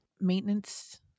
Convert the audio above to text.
maintenance